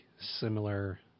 similar